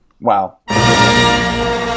Wow